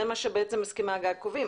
זה מה שבעצם הסכמי הגג קובעים.